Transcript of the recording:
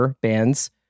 bands